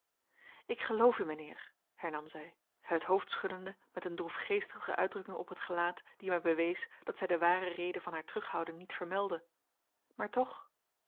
ik geloof u mijnheer hernam zij het hoofd schuddende met een droefgeestige uitdrukking op het gelaat die mij bewees dat zij de ware reden van haar terughouding niet vermeldde maar toch